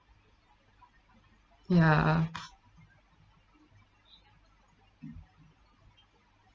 ya